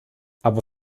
aber